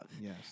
yes